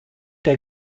der